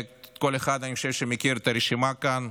כל אחד, אני חושב, מכיר את הרשימה כאן,